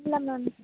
இல்லை மேம்